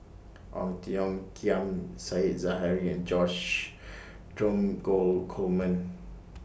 Ong Tiong Khiam Said Zahari and George Dromgold Coleman